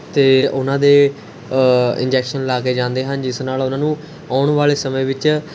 ਅਤੇ ਉਹਨਾਂ ਦੇ ਇੰਜੈਕਸ਼ਨ ਲਗਾ ਕੇ ਜਾਂਦੇ ਹਨ ਜਿਸ ਨਾਲ ਉਹਨਾਂ ਨੂੰ ਆਉਣ ਵਾਲੇ ਸਮੇਂ ਵਿੱਚ